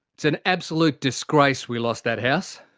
it's an absolute disgrace we lost that house.